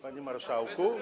Panie Marszałku!